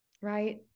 right